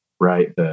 right